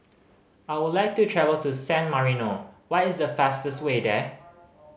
I would like to travel to San Marino what is the fastest way there